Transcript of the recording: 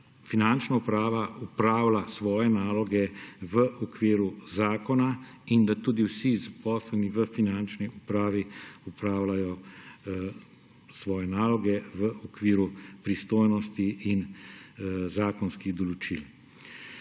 Finančna uprava opravlja svoje naloge v okviru zakona in da tudi vsi zaposleni v Finančni upravi opravljajo svoje naloge v okviru pristojnosti in zakonskih določil.